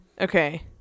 Okay